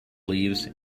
leaves